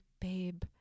babe